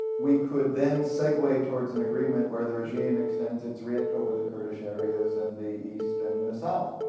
we could then segue towards an agreement where the regime extends its writ over the kurdish areas and the east and the south.